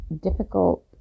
difficult